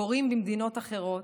קורים במדינות אחרות,